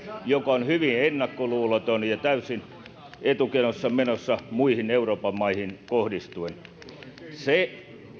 joka on hyvin ennakkoluuloton ja täysin etukenossa menossa muihin euroopan maihin kohdistuen se